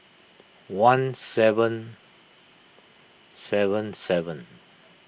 one seven seven seven